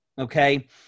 Okay